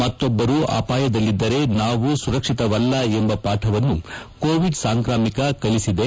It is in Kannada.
ಮತ್ತೊಬ್ಲರು ಅಪಾಯದಲ್ಲಿದ್ದರೆ ನಾವು ಸುರಕ್ಷಿತವಲ್ಲ ಎಂಬ ಪಾಠವನ್ನು ಕೋವಿಡ್ ಸಾಂಕ್ರಾಮಿಕ ಕಲಿಸಿದೆ